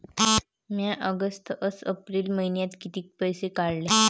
म्या ऑगस्ट अस एप्रिल मइन्यात कितीक पैसे काढले?